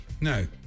No